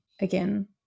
again